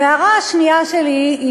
ההערה השנייה שלי היא